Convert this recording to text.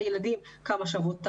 שכולל כמה שוות העבודות,